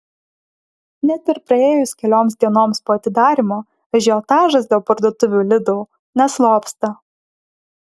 net ir praėjus kelioms dienoms po atidarymo ažiotažas dėl parduotuvių lidl neslopsta